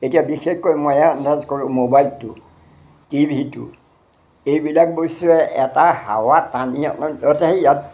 এতিয়া বিশেষকৈ মই আন্দাজ কৰোঁ মোবাইলটো টিভিটো এইবিলাক বস্তুৱে এটা হাৱা টানি আমাৰ য'ত আহি ইয়াত